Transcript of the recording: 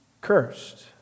cursed